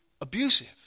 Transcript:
abusive